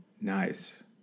Nice